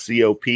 COP